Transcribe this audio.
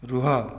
ରୁହ